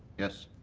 yes.